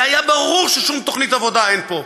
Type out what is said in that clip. זה היה ברור ששום תוכנית עבודה אין פה.